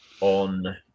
on